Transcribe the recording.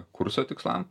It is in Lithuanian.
kurso tikslam